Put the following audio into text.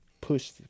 push